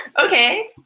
Okay